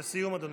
לסיום, אדוני.